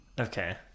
Okay